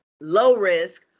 low-risk